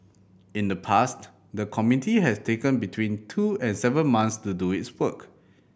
in the past the committee has taken between two and seven months to do its work